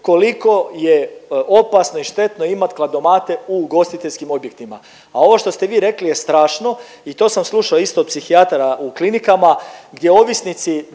koliko je opasno i štetno imat kladomate u ugostiteljskim objektima. A ovo što ste vi rekli je strašno i to sam slušao isto od psihijatara u klinikama gdje ovisnici